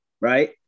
right